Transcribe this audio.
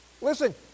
Listen